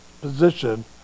position